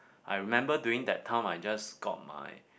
I remember during that time I just got my